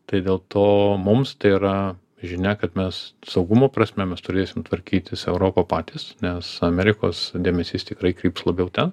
tai dėl to mums tai yra žinia kad mes saugumo prasme mes turėsim tvarkytis europą patys nes amerikos dėmesys tikrai kryps labiau ten